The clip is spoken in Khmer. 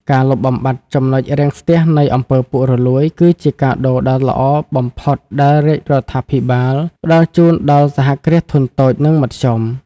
ការលុបបំបាត់ ចំណុចរាំងស្ទះ នៃអំពើពុករលួយ គឺជាកាដូដ៏ល្អបំផុតដែលរាជរដ្ឋាភិបាលផ្ដល់ជូនដល់សហគ្រាសធុនតូច និងមធ្យម។